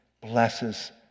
blesses